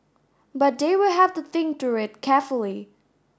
but they will have to think through it carefully